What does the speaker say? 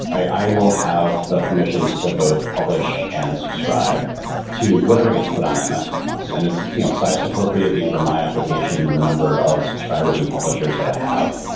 i will have the permissions to both publish and subscribe to whatever gets put on that message bus. and it's ah sized appropriately for my application, and the number of subscribers and publishers that i have.